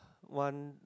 one